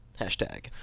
Hashtag